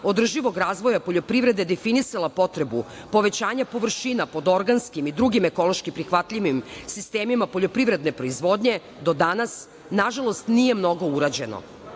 održivog razvoja poljoprivrede definisala potrebu povećanja površina pod organskim i drugim ekološki prihvatljivim sistemima poljoprivredne proizvodnje do danas, nažalost, nije mnogo urađeno. Razvoj